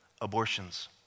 abortions